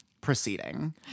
proceeding